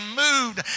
moved